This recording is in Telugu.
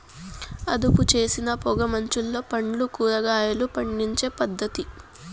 అదుపుచేసిన పొగ మంచులో పండ్లు, కూరగాయలు పండించే పద్ధతి